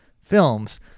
films